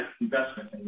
investment